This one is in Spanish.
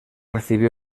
recibió